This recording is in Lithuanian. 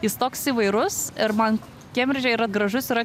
jis toks įvairus ir man kembridže yra gražus yra